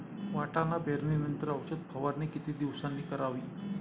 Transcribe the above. वाटाणा पेरणी नंतर औषध फवारणी किती दिवसांनी करावी?